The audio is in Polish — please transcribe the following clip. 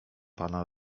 pana